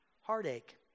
heartache